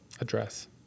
address